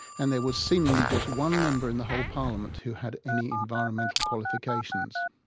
and there was seemingly just one member in the whole parliament who had any environmental qualifications.